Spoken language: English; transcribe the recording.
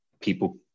people